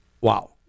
Wow